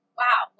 wow